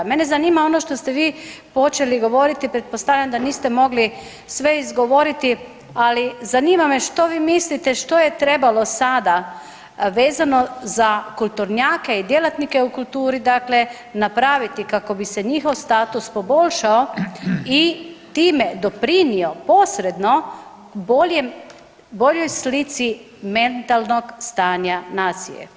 Mene zanima ono što ste vi počeli govoriti, pretpostavljam da niste mogli sve izgovoriti ali zanima me što vi mislite što je trebalo sada vezano za kulturnjake i djelatnike u kulturi napraviti kako bi se njihov status poboljšao i time doprinio posredno boljoj slici mentalnog stanja nacije?